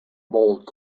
bold